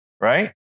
right